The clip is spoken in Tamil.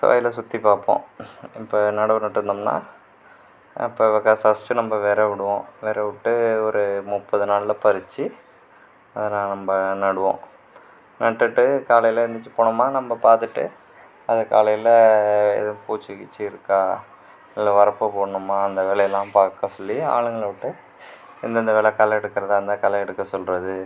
வயலை சுற்றி பார்ப்போம் இப்போ நடவு நட்டிருந்தோம்னா அப்போ ஃபர்ஸ்ட்டு நம்ம வெதை விடுவோம் வெதை விட்டு ஒரு முப்பது நாளில் பறித்து அதை நான் நம்ம நடுவோம் நட்டுவிட்டு காலையில் எழுந்திரிச்சி போனோம்னால் நம்ம பார்த்துட்டு காலையில் எதுவும் பூச்சிகீச்சி இருக்கா இல்லை வரப்பு போடணுமா அந்த வேலையெல்லாம் பார்க்க சொல்லி ஆளுங்களை விட்டு எந்தெந்த வேலை களை எடுக்கிறதா இருந்தால் களை எடுக்க சொல்கிறது